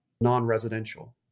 non-residential